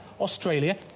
Australia